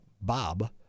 Bob